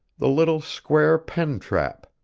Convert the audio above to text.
the little square pen-trap,